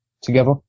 together